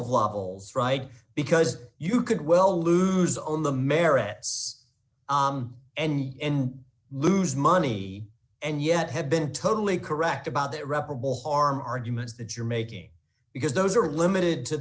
of levels right because you could well lose on the merits and lose money and yet have been totally correct about it reparable arm arguments that you're making because those are limited to